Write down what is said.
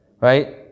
right